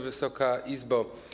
Wysoka Izbo!